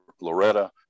Loretta